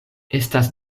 estas